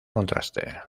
contraste